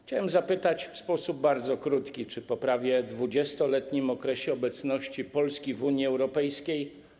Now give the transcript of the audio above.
Chciałem zapytać w sposób bardzo krótki, czy po prawie 20-letnim okresie obecności Polski w Unii Europejskiej.